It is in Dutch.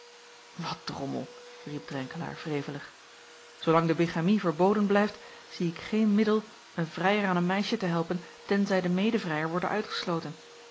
wat drommel riep drenkelaer wrevelig zoolang de bigamie verboden blijft zie ik geen middel een vrijer aan een meisje te helpen tenzij de medevrijer worde uitgesloten